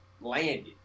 landed